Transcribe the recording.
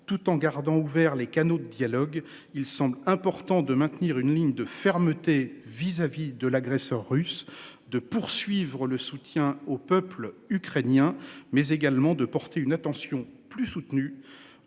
tout en gardant ouverts les canaux de dialogue, il semble important de maintenir une ligne de fermeté vis-à-vis de l'agresseur russe de poursuivre le soutien au peuple ukrainien, mais également de porter une attention plus soutenue